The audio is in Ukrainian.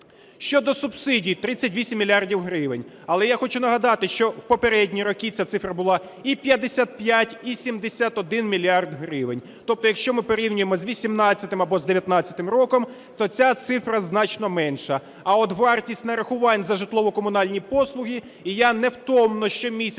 Щодо субсидій. 38 мільярдів гривень, але я хочу нагадати, що в попередні роки ця цифра була і 55, і 71 мільярд гривень. Тобто якщо ми порівнюємо з 18-м або з 19-м роком, то ця цифра значно менша, а от вартість нарахувань за житлово-комунальні послуги, і я невтомно щомісяця